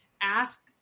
ask